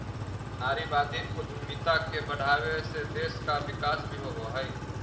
नारीवादी उद्यमिता के बढ़ावे से देश का विकास भी होवअ हई